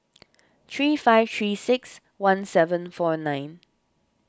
three five three six one seven four nine